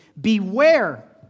Beware